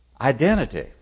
Identity